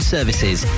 Services